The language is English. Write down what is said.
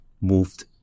moved